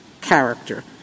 character